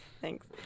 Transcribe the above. Thanks